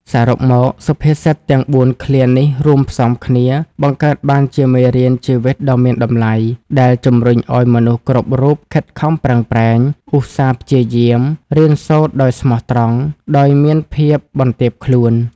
សរុបមក សុភាសិតទាំងបួនឃ្លានេះរួមផ្សំគ្នា បង្កើតបានជាមេរៀនជីវិតដ៏មានតម្លៃ ដែលជំរុញឱ្យមនុស្សគ្រប់រូបខិតខំប្រឹងប្រែង ឧស្សាហ៍ព្យាយាម រៀនសូត្រដោយស្មោះត្រង់ ដោយមានភាពបន្ទាបខ្លួន។